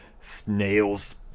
snail's